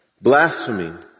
Blasphemy